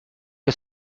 che